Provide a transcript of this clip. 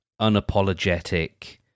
unapologetic